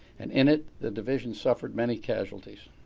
and in it the division suffered many casualties.